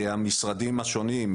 המשרדים השונים.